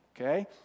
okay